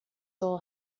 soul